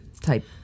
type